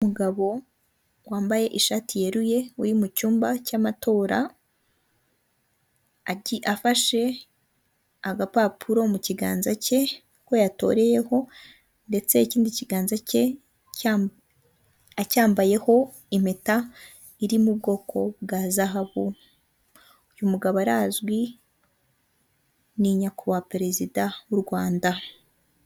Cy'inama gifite ibikuta bisa umweru kikagira amadirishya y'ibirahure kirimo abantu batanu harimo abagabo bane bambaye ikositimu n'umugore umwe wambaye amadarubindi, bicaye imbere yabo hari ameza y'umukara ateretseho ibipapuro mudasobwa n'amazi yo kunywa.